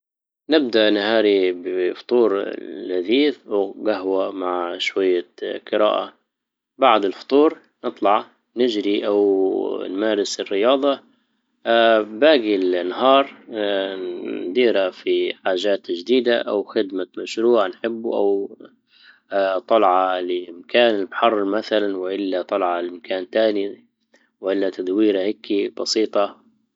نبدأ نهاري بفطور لذيذ وجهوة مع شوية قراءة بعد الفطور نطلع نجري او نمارس الرياضة باجي النهار نديرها في حاجات جديدة او خدمة مشروع نحبه او اه طالعة لمكان الحر مثلا والا طلع لمكان تاني والا تدوير هيك بسيطة